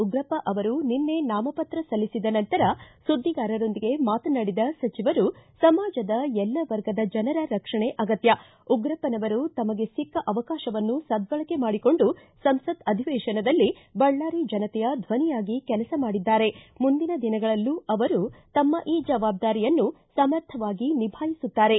ಉಗ್ರಪ್ಪ ಅವರು ನಿನ್ನೆ ನಾಮಪತ್ರ ಸಲ್ಲಿಸಿದ ನಂತರ ಸುದ್ದಿಗಾರರೊಂದಿಗೆ ಮಾತನಾಡಿದ ಸಚಿವರು ಸಮಾಜದ ಎಲ್ಲ ವರ್ಗದ ಜನರ ರಕ್ಷಣೆ ಅಗತ್ಯ ಉಗ್ರಪ್ಪನವರು ತಮಗೆ ಸಿಕ್ಕ ಅವಕಾಶವನ್ನು ಸದ್ದಳಕೆ ಮಾಡಿಕೊಂಡು ಸಂಸತ್ ಅಧಿವೇಶನದಲ್ಲಿ ಬಳ್ದಾರಿ ಜನತೆಯ ಧ್ವನಿಯಾಗಿ ಕೆಲಸ ಮಾಡಿದ್ದಾರೆ ಮುಂದಿನ ದಿನಗಳಲ್ಲೂ ಅವರು ತಮ್ಮ ಈ ಜವಾಬ್ದಾರಿಯನ್ನು ಸಮರ್ಥವಾಗಿ ನಿಭಾಯಿಸುತ್ತಾರೆ